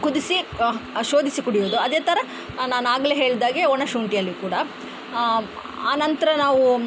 ಕುದಿಸಿ ಶೋಧಿಸಿ ಕುಡಿಯೋದು ಅದೇ ಥರ ನಾನು ಆಗಲೇ ಹೇಳಿದಾಗೆ ಒಣಶುಂಠಿಯಲ್ಲಿ ಕೂಡ ಆ ನಂತರ ನಾವು